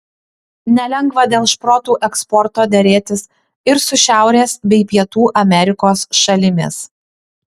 nelengva dėl šprotų eksporto derėtis ir su šiaurės bei pietų amerikos šalimis